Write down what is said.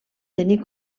tenir